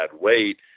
weight